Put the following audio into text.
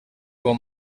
bon